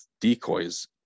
decoys